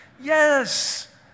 Yes